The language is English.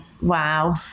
wow